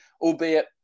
albeit